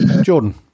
jordan